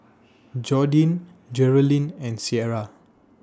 Jordyn Geralyn and Cierra